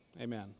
Amen